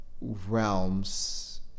realms